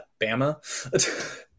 Bama